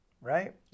Right